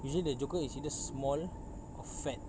usually the joker is either small or fat